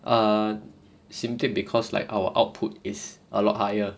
err simply because like our output is a lot higher